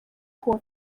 kuwa